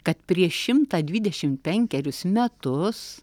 kad prieš šimtą dvidešim penkerius metus